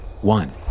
One